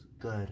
good